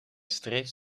streeft